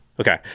Okay